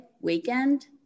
weekend